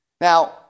Now